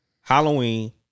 Halloween